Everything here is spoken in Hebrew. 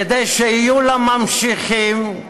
כדי שיהיו לה ממשיכים,